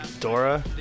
Dora